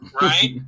right